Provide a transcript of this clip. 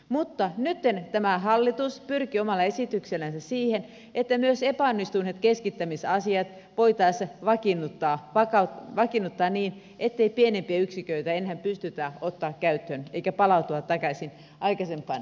mutta nytten tämä hallitus pyrkii omalla esityksellänsä siihen että myös epäonnistuneet keskittämisasiat voitaisiin vakiinnuttaa niin ettei pienempiä yksiköitä enää pystytä ottamaan käyttöön eikä palauduta takaisin aikaisempaan systeemiin ja järjestelmään